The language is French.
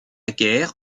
guerre